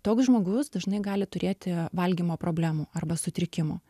toks žmogus dažnai gali turėti valgymo problemų arba sutrikimų